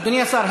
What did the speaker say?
אדוני השר,